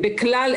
בכלל